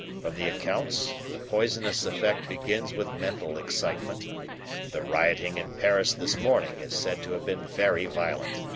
from the accounts the poisonous effect begins with mental excitement the rioting in paris this morning is said to have been very violent,